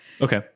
Okay